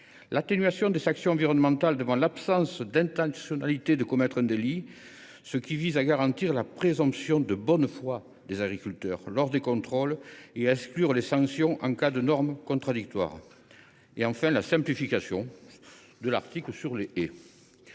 l’atténuation des sanctions environnementales en l’absence d’intention de commettre un délit, ce qui vise à garantir la présomption de bonne foi des agriculteurs lors des contrôles et à exclure les sanctions en cas de normes contradictoires ; et, enfin, la simplification de l’article sur les haies.